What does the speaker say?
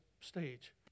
stage